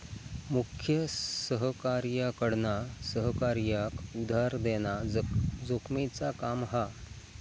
मुख्य सहकार्याकडना सहकार्याक उधार देना जोखमेचा काम हा